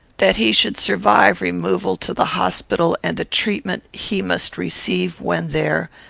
that he should survive removal to the hospital, and the treatment he must receive when there,